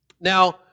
Now